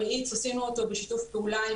המאיץ עשינו אותו בשיתוף פעולה עם